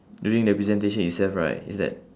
during the presentation itself right is that